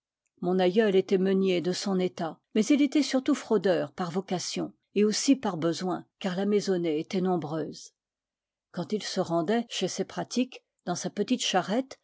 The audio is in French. mon aïeul était meunier de son état mais il était surtout frau deur par vocation et aussi par besoin car la maisonnée était nombreuse quand il se rendait chez ses pratiques dans sa petite charrette